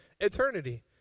eternity